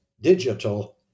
digital